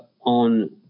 on